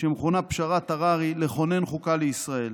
שמכונה פשרת הררי, לכונן חוקה לישראל.